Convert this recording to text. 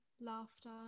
laughter